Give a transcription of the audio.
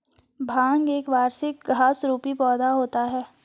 भांग एक वार्षिक घास रुपी पौधा होता है